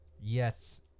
yes